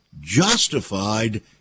justified